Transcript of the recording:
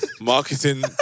Marketing